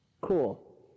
cool